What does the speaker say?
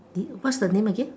the what's the name again